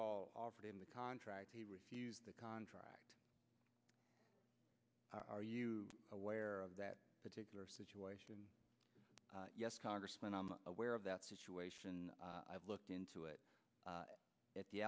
all offered him the contract he refused the contract are you aware of that particular situation yes congressman i'm aware of that situation i've looked into it at the